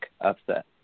upset